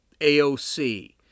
AOC